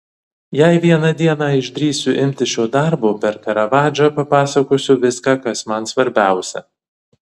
jei vieną dieną išdrįsiu imtis šio darbo per karavadžą papasakosiu viską kas man svarbiausia